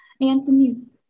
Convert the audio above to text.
Anthony's